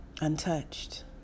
Untouched